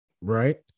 Right